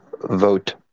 vote